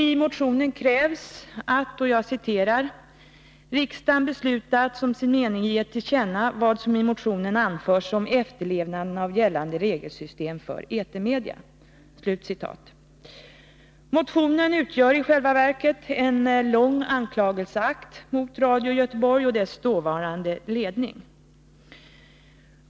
I motionen krävs, ”att riksdagen beslutar att som sin mening ge regeringen till känna vad som i motionen anförts om efterlevnaden av gällande regelsystem för etermedia”. Motionen utgör i själva verket en lång anklagelseakt mot Radio Göteborg och dess dåvarande ledning.